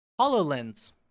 HoloLens